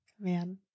Man